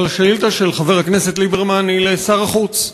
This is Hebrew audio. אבל השאילתה של חבר הכנסת ליברמן היא לשר החוץ.